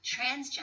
Transgender